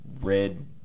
red